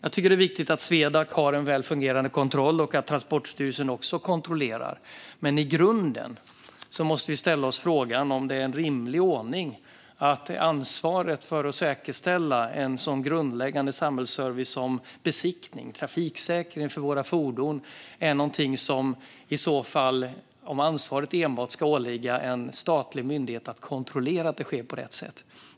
Det är viktigt att Swedac har en väl fungerande kontroll och att Transportstyrelsen också kontrollerar, men i grunden måste vi ställa oss frågan om det är en rimlig ordning att ansvaret för att säkerställa en sådan grundläggande samhällsservice som besiktning, trafiksäkring av våra fordon, enbart ska åligga en statlig myndighet att kontrollera att det sker på rätt sätt.